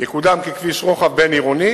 יקודם ככביש רוחב בין-עירוני